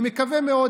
אני מקווה מאוד,